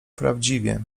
prawdziwie